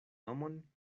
nomon